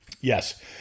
Yes